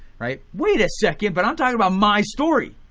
right. wait a second, but i'm talking about my story.